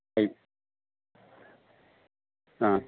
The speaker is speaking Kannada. ಐದು ಹಾಂ